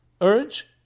urge